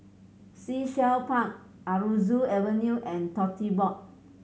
Sea Shell Park Aroozoo Avenue and Tote Board